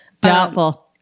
Doubtful